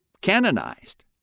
canonized